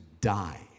die